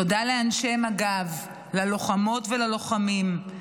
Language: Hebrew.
תודה לאנשי מג"ב, ללוחמות וללוחמים.